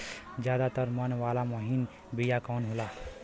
ज्यादा दर मन वाला महीन बिया कवन होला?